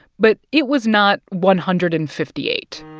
but it was not one hundred and fifty eight